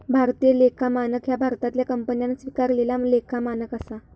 भारतीय लेखा मानक ह्या भारतातल्या कंपन्यांन स्वीकारलेला लेखा मानक असा